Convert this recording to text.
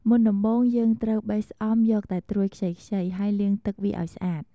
មុនដំបូងយើងត្រូវ បេះស្អំយកតែត្រួយខ្ចីៗ ហើយលាងទឹកវាឱ្យស្អាត។